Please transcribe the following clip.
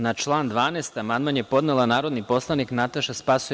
Na član 12. amandman je podnela narodni poslanik Nataša Sp.